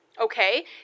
Okay